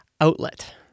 outlet